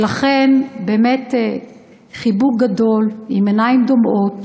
ולכן, באמת חיבוק גדול, עם עיניים דומעות,